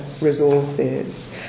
resources